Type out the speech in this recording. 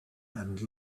and